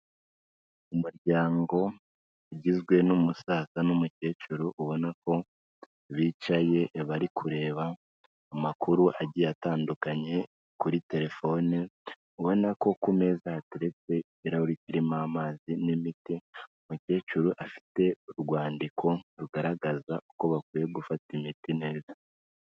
Umuryango ugizwe n'umusaza n'umukecuru ubona ko bicaye bari kureba amakuru agiye atandukanye kuri telefone, ubona ko ku meza hateretse ikirahuri kirimo amazi n'imiti, umukecuru afite urwandiko rugaragaza uko bakwiye gufata imiti neza.